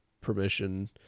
permission